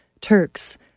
Turks